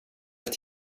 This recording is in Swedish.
ett